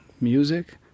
music